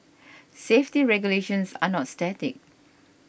safety regulations are not static